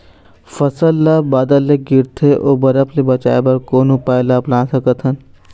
फसल ला बादर ले गिरथे ओ बरफ ले बचाए बर कोन उपाय ला अपना सकथन?